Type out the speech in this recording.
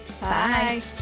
bye